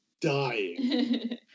dying